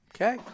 Okay